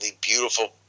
beautiful